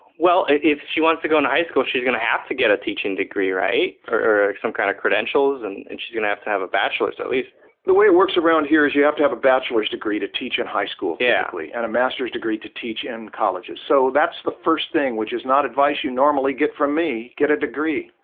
well if she wants to go into high school she's gonna have to get a teaching degree, right or some kind of credentials and and she's gonna have to have a bachelor's at least the way it works around here is you have to have a bachelor's degree to teach in high school yeah exactly and a master's degree to teach in colleges so that's the first thing which is not advice. you normally get from me get a degree.